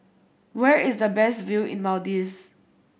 where is the best view in Maldives